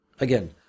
Again